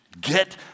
Get